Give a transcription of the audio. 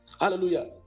Hallelujah